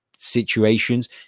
Situations